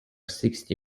sixty